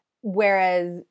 Whereas